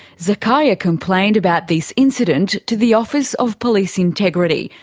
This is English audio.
zacharia complained about this incident to the office of police integrity,